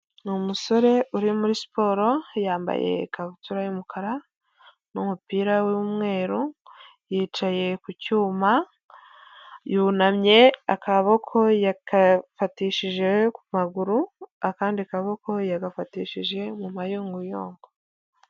Ni umusore uri muri siporo yambaye ikabutura y'umukara n'umupira w'umweru, yicaye ku cyuma, yunamye akaboko yakafatishije ku maguru, akandi kaboko yagafatishije mu mayunguyungu.